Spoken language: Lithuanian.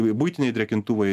buitiniai drėkintuvai